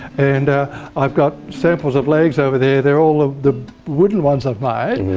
and i've got samples of legs over there, they're all of the wooden ones i've made,